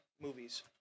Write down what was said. movies